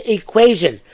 equation